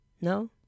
No